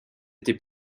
été